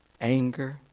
anger